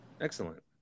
Excellent